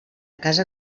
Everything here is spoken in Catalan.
casa